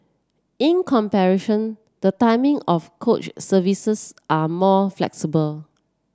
in comparison the timing of coach services are more flexible